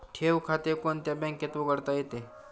ठेव खाते कोणत्या बँकेत उघडता येते?